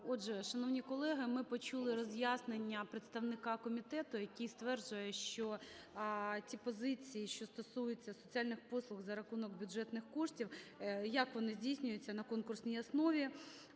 Отже, шановні колеги, ми почули роз'яснення представника комітету, який стверджує, що ті позиції, що стосуються соціальних послуг за рахунок бюджетних коштів, як вони здійснюються на конкурсній основі.